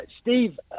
Steve